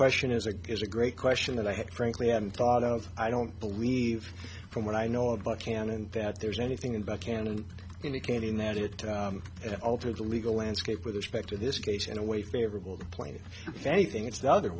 question is a is a great question that i have frankly haven't thought of i don't believe from what i know of but can and that there's anything about canon indicating that it altered the legal landscape with respect to this case in a way favorable point of anything it's the other